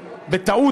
בטעות,